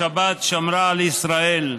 השבת שמרה על ישראל.